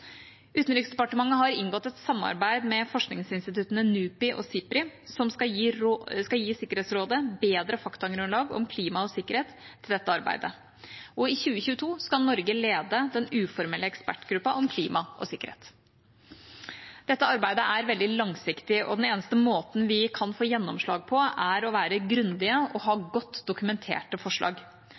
Utenriksdepartementet har inngått et samarbeid med forskningsinstituttene NUPI og SIPRI, som skal gi Sikkerhetsrådet bedre faktagrunnlag om klima og sikkerhet til dette arbeidet, og i 2022 skal Norge lede den uformelle ekspertgruppen om klima og sikkerhet. Dette arbeidet er veldig langsiktig, og den eneste måten vi kan få gjennomslag på, er å være grundige og ha godt dokumenterte forslag.